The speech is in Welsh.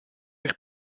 eich